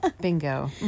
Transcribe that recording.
Bingo